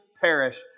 perish